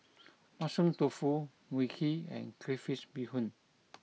Mushroom Tofu Mui Kee and Crayfish Beehoon